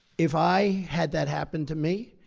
if i had that happen to me,